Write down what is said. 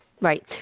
Right